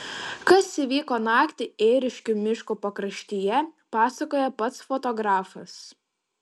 kas įvyko naktį ėriškių miško pakraštyje pasakoja pats fotografas